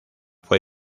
fue